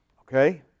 Okay